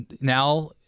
Now